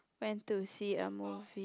went to see a movie